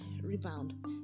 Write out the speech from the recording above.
rebound